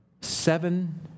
seven